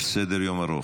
יש סדר-יום ארוך.